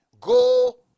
Go